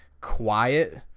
quiet